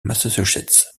massachusetts